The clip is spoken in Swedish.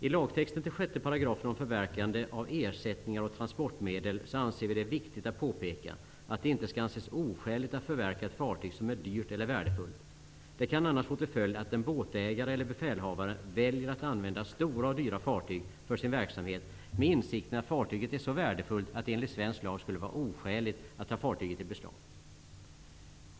I lagtexten i 6 § om förverkande av ersättningar och transportmedel anser vi att det är viktigt att påpeka att det inte skall anses oskäligt att förverka ett fartyg som är dyrt eller värdefullt. Det kan annars få till följd att en båtägare eller befälhavare väljer att använda stora och dyra fartyg för sin verksamhet, med insikt om att fartyget är så värdefullt att det enligt svensk lag skulle vara oskäligt att ta i beslag.